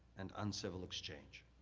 and uncivil exchange.